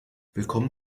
willkommen